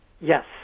Yes